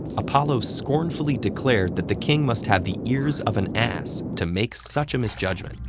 apollo scornfully declared that the king must have the ears of an ass to make such a misjudgment,